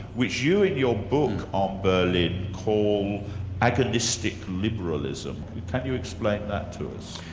which you in your book on berlin call agonistic liberalism. can you explain that to us?